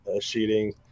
shooting